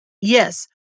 Yes